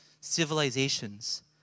civilizations